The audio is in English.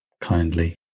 kindly